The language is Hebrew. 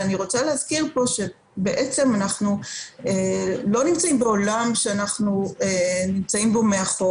אני רוצה להזכיר שאנחנו לא נמצאים בעולם שאנחנו נמצאים בו מאחור